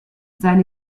seine